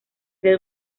del